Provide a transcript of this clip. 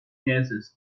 gaseous